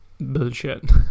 bullshit